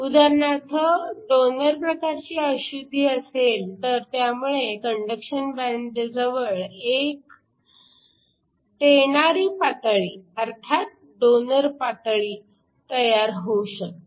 उदाहरणार्थ डोनर प्रकारची अशुद्धी असेल तर त्यामुळे कंडक्शन बँडजवळ एक 'देणारी पातळी' अर्थात डोनर पातळी तयार होऊ शकते